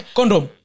Condom